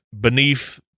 beneath